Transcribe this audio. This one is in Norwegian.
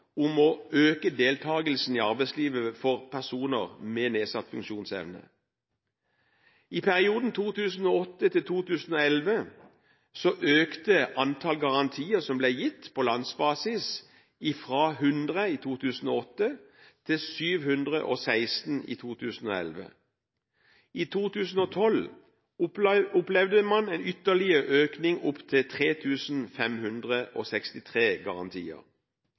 om å øke deltakelsen i arbeidslivet for personer med nedsatt funksjonsevne. I perioden 2008–2011 økte antall garantier som ble gitt på landsbasis, fra 100 i 2008 til 716 i 2011. I 2012 opplevde man en ytterligere økning, til 3 563 garantier.